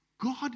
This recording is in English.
God